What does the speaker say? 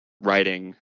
writing